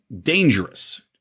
dangerous